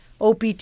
opt